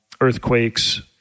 earthquakes